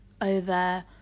over